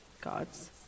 gods